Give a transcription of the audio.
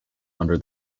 under